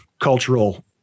cultural